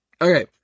Okay